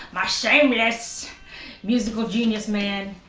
my shameless musical genius man,